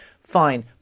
fine